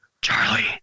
Charlie